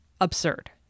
absurd